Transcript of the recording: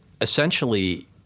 essentially